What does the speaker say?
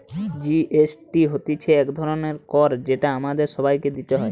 GST হতিছে এক ধরণের কর যেটা আমাদের সবাইকে দিতে হয়